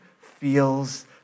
feels